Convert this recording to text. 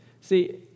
see